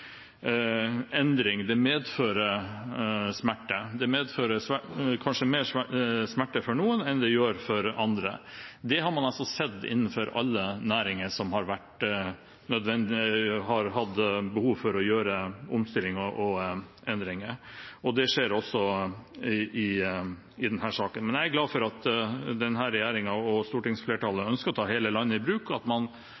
endring medfører smerte. Det medfører kanskje mer smerte for noen enn det gjør for andre. Det har man sett innenfor alle næringer som har hatt behov for å gjøre omstillinger og endringer. Det skjer også i denne saken. Jeg er glad for at denne regjeringen og stortingsflertallet